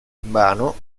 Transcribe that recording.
invano